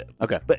Okay